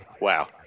wow